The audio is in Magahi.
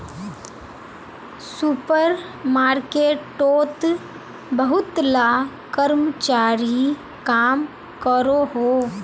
सुपर मार्केटोत बहुत ला कर्मचारी काम करोहो